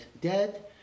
dead